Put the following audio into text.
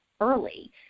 early